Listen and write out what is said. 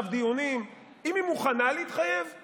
ומי שמנהל ישיבה